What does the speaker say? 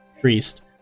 priest